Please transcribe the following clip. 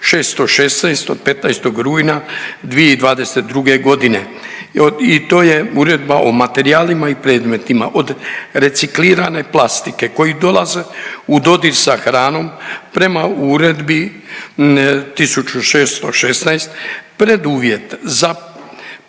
1616 od 15. rujna 2022.g. i to je Uredba o materijalima i predmetima od reciklirane plastike koji dolaze u dodir sa hranom prema Uredbi 1616 preduvjet za povećanje